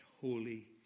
holy